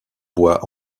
bois